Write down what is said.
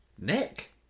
Nick